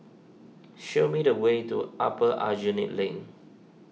show me the way to Upper Aljunied Link